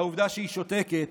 העובדה שהיא שותקת